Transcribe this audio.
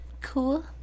cool